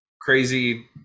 crazy